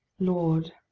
lord,